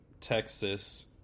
Texas